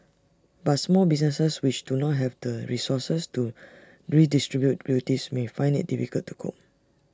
but small businesses which do not have the resources to redistribute duties may find IT difficult to cope